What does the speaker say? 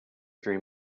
dream